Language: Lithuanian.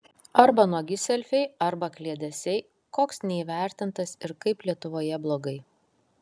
arba nuogi selfiai arba kliedesiai koks neįvertintas ir kaip lietuvoje blogai